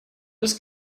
just